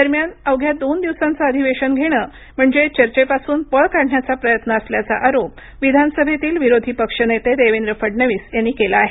दरम्यान अवघ्या दोन दिवसांचं अधिवेशन घेणं म्हणजे चर्चेपासून पळ काढण्याचा प्रयत्न असल्याचा आरोप विधान सभेतील विरोधी पक्षनेते देवेंद्र फडणवीस यांनी केला आहे